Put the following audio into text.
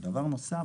דבר נוסף,